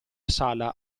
sala